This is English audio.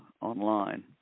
online